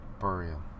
Burial